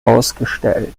ausgestellt